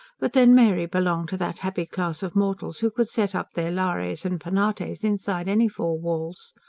but then mary belonged to that happy class of mortals who could set up their lares and penates inside any four walls.